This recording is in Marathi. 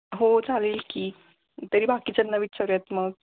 हो चालेल की तरी बाकीच्यांना विचारूयात मग